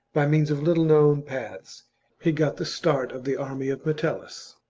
by means of little known paths he got the start of the army of metellus.